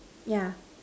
yeah